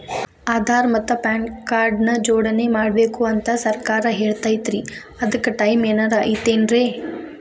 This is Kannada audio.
ಆಧಾರ ಮತ್ತ ಪಾನ್ ಕಾರ್ಡ್ ನ ಜೋಡಣೆ ಮಾಡ್ಬೇಕು ಅಂತಾ ಸರ್ಕಾರ ಹೇಳೈತ್ರಿ ಅದ್ಕ ಟೈಮ್ ಏನಾರ ಐತೇನ್ರೇ?